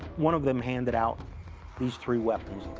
one of them handed out these three weapons.